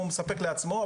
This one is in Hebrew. הוא מספק לעצמו,